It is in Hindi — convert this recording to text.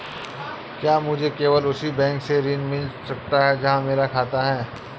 क्या मुझे केवल उसी बैंक से ऋण मिल सकता है जहां मेरा खाता है?